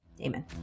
Amen